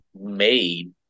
made